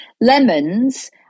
Lemons